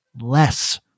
less